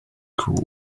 cool